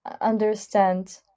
understand